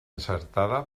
encertada